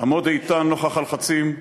עמוד איתן נוכח הלחצים,